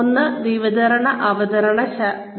ഒന്ന് വിവര അവതരണ വിദ്യകളാണ്